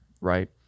right